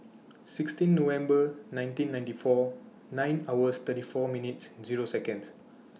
sixteen November nineteen ninety four nine hours thirty four minutes Zero Seconds